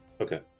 Okay